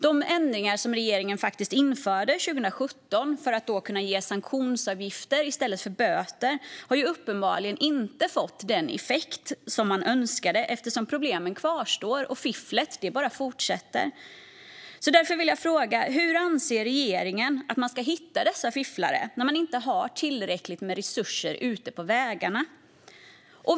De ändringar som regeringen faktiskt införde 2017 för att då kunna utfärda sanktionsavgifter i stället för böter har uppenbarligen inte fått den effekt som man önskade eftersom problemen kvarstår. Fifflet bara fortsätter. Hur anser regeringen att man ska hitta dessa fifflare när man inte har tillräckligt med resurser ute på vägarna?